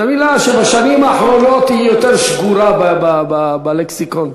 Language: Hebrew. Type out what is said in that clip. זאת מילה שבשנים האחרונות שגורה יותר בלקסיקון.